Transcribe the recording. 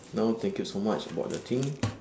now thank you so much about the thing